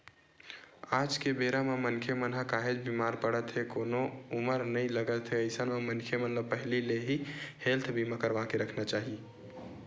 आज के बेरा म मनखे मन ह काहेच बीमार पड़त हे कोनो उमर नइ लगत हे अइसन म मनखे मन ल पहिली ले ही हेल्थ बीमा करवाके रखना चाही